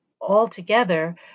altogether